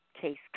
case